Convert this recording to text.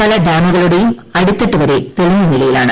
പല ഡാമുകളുടെയും അടിത്തട്ട് വരെ തെളിഞ്ഞ നിലയിലാണ്